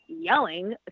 yelling